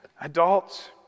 adults